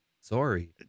Sorry